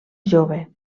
jove